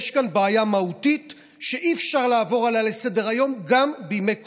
יש כאן בעיה מהותית שאי-אפשר לעבור עליה לסדר-היום גם בימי קורונה.